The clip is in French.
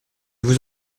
vous